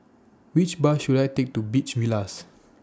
Which Bus should I Take to Beach Villas